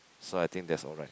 so I think that's alright